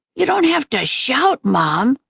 you don't have to shout, mom.